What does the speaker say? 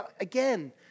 Again